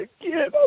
again